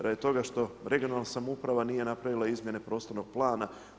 Radi toga što regionalna samouprava nije napravila izmjene prostornog plana.